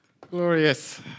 Glorious